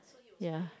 ya